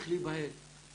אם